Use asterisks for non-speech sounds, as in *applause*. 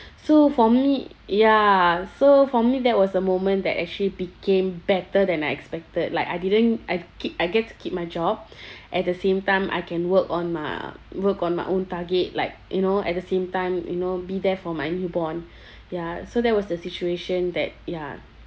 so for me ya so for me that was a moment that actually became better than I expected like I didn't I keep I get to keep my job *breath* at the same time I can work on my work on my own target like you know at the same time you know be there for my newborn *breath* ya so that was the situation that ya